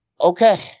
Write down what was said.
okay